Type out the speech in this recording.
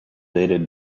dated